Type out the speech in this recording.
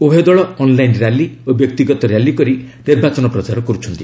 ଉଭୟ ଦଳ online rally ଓ ବ୍ୟକ୍ତିଗତ ର୍ୟାଲି କରି ନିର୍ବାଚନ ପ୍ରଚାର କରୁଛନ୍ତି